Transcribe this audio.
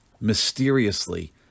mysteriously